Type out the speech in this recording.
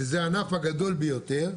שזה הענף הגדול ביותר,